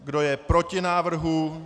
Kdo je proti návrhu?